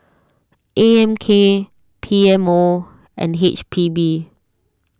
A M K P M O and H P B